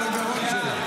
בקריאה הראשונה.